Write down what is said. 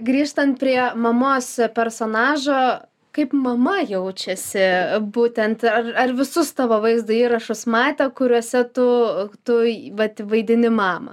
grįžtant prie mamos personažo kaip mama jaučiasi būtent ar ar visus tavo vaizdo įrašus matė kuriuose tu tu vat vaidini mamą